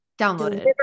downloaded